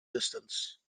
distance